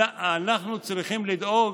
אנחנו צריכים לדאוג,